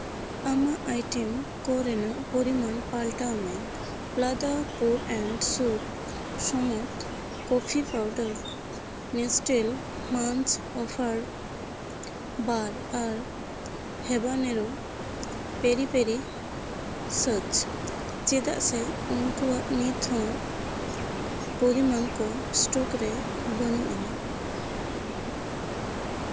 ᱟᱢᱟᱜ ᱟᱭᱴᱮᱢ ᱠᱚ ᱨᱮᱱᱟᱜ ᱯᱚᱨᱤᱢᱟᱱ ᱯᱟᱞᱴᱟᱣ ᱢᱮ ᱯᱞᱟᱫᱟ pure and sure smooth coffee powder Nestle ᱢᱟᱱᱪ ᱚᱯᱷᱟᱨ ᱵᱟᱨ ᱟᱨ ᱦᱮᱵᱟᱱᱮᱨᱳ ᱯᱮᱨᱤ ᱯᱮᱨᱤ ᱥᱟᱪ ᱪᱮᱫᱟᱜ ᱥᱮ ᱩᱱᱠᱩᱣᱟᱜ ᱱᱤᱛ ᱦᱚᱸ ᱯᱚᱨᱤᱢᱟᱱ ᱠᱚ ᱮᱥᱴᱚᱠ ᱨᱮ ᱵᱟᱹᱱᱩᱜ ᱟᱱᱟᱝ